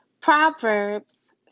Proverbs